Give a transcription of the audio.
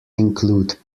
include